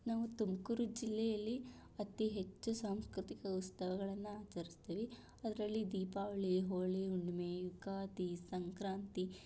ನಾವು ತುಮಕೂರು ಜಿಲ್ಲೆಯಲ್ಲಿ ಅತೀ ಹೆಚ್ಚು ಸಾಂಸ್ಕೃತಿಕ ಉತ್ಸವಗಳನ್ನು ಆಚರಿಸ್ತೀವಿ ಅದರಲ್ಲಿ ದೀಪಾವಳಿ ಹೋಳಿಹುಣ್ಣಿಮೆ ಯುಗಾದಿ ಸಂಕ್ರಾಂತಿ